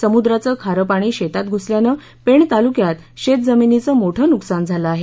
समुद्राचं खारं पाणी शेतात घुसल्यानं पेण तालुक्यात शेतजमिनीचे मोठे नुकसान झालं आहे